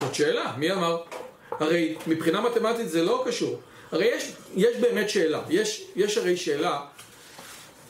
עוד שאלה? מי אמר? הרי, מבחינה מתמטית זה לא קשור. הרי יש-יש באמת שאלה, יש-יש הרי שאלה,